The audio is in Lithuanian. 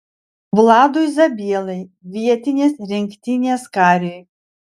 vladui zabielai vietinės rinktinės kariui